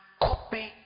copy